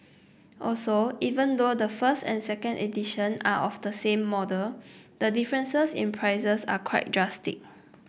also even though the first and second edition are of the same model the differences in prices are quite drastic